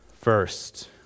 first